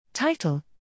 Title